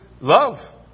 love